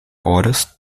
orders